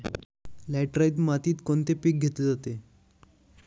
Laterite मातीत कोणते पीक घेतले जाते?